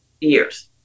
years